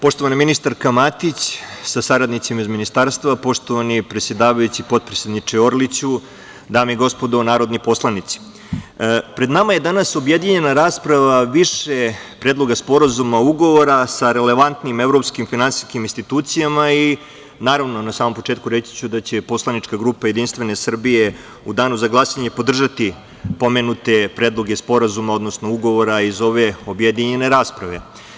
Poštovana ministarko Matić, sa saradnicima iz Ministarstva, poštovani predsedavajući, potpredsedniče Orliću, dame i gospodo narodni poslanici, pred nama je danas objedinjena rasprava više predloga sporazuma i ugovora sa relevantnim evropskim finansijskim institucijama i, na samom početku, reći će da će poslanička grupa Jedinstvene Srbije u danu za glasanje podržati pomenute predloge sporazuma, odnosno ugovora iz ove objedinjene rasprave.